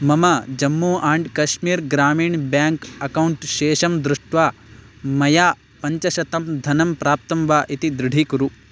मम Jammu and Kashmir Gramin bank account शेषं दृष्ट्वा मया पञ्चशतं धनं प्राप्तं वा इति दृढीकुरु